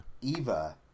eva